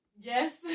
Yes